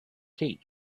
tea